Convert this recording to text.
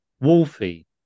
Wolfie